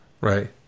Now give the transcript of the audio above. Right